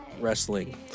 wrestling